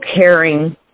caring